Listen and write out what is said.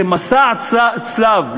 זה מסע צלב.